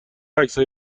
عکسهای